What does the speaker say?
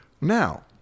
now